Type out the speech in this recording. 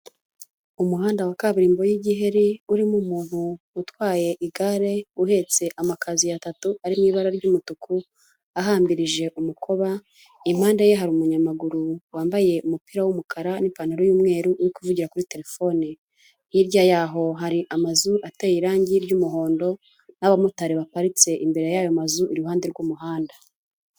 Umuhanda wa kaburimbo y'igiheri urimo umuntu utwaye igare uhetse amakazu yatatu ari mu ibara ry'umutuku ahambirije umukoba impande ye hari umunyamaguru wambaye umupira w'umukara n'ipantaro y'umweru uri kuvugira kuri telefone hirya y'aho hari amazu ateye irangi ry'umuhondo n'abamotari baparitse imbere y'ayo mazu iruhande rw'umuhanda.